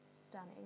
stunning